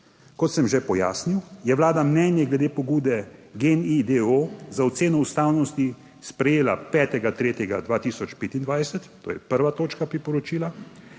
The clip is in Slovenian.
Kot sem že pojasnil, je Vlada mnenje glede pobude GEN-I d. o. o za oceno ustavnosti sprejela 5. 3. 2025, to je 1. točka priporočila.